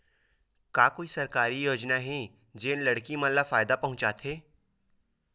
का कोई समाजिक योजना हे, जेन हा लड़की मन ला फायदा पहुंचाथे?